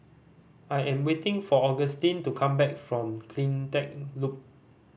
I am waiting for Augustin to come back from Cleantech Loop